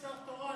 אני שר תורן.